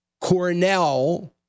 Cornell